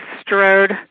strode